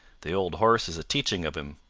the old horse is a-teaching of him.